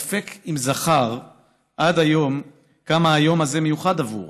ספק אם זכר עד היום כמה היום הזה מיוחד עבורו.